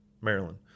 Maryland